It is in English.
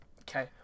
Okay